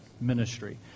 ministry